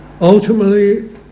Ultimately